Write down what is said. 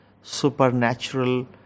supernatural